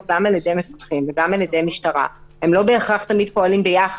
גם על ידי מפקחים וגם על ידי משטרה והם לא בהכרח פועלים ביחד,